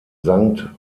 sankt